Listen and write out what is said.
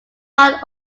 one